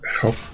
Help